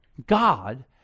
God